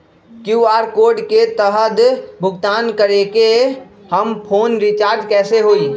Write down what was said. QR code के तहद भुगतान करके हम फोन रिचार्ज कैसे होई?